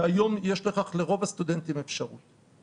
והיום יש לרוב הסטודנטים אפשרות לכך.